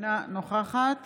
אינה נוכחת